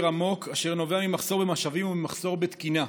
עמוק אשר נובע ממחסור במשאבים וממחסור בתקינה.